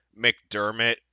McDermott